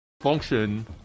Function